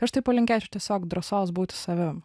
aš tai palinkėčiau tiesiog drąsos būti savim